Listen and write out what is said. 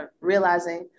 realizing